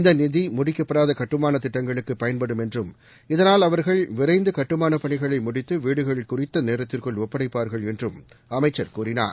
இந்த நிதி முடிக்கப்படாத கட்டுமான திட்டங்களுக்கு பயன்படும் என்றும் இதனால் அவர்கள் விரைந்து கட்டுமான பணிகளை முடித்து வீடுகளை குறித்த நேரத்திற்குள் ஒப்படைப்பார்கள் என்றும் அமைச்சர் கூறினார்